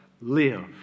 Live